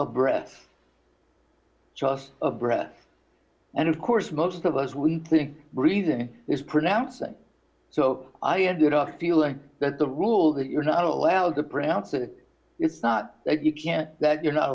of breath just of breath and of course most of us we think breathing is pronouncing so i ended up feeling that the rule that you're not allowed to pronounce it it's not that you can't that you're not